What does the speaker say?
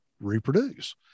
reproduce